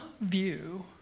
view